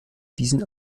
diesen